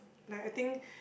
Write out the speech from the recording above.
like I think